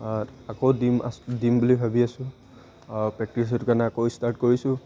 আকৌ দিম আছোঁ দিম বুলি ভাবি আছোঁ আৰু প্ৰেক্টিছ সেইটো কাৰণে আকৌ ষ্টাৰ্ট কৰিছোঁ